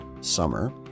summer